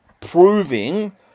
proving